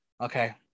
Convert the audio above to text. Okay